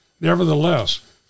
Nevertheless